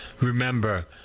Remember